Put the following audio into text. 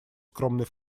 скромный